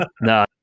No